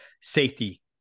safety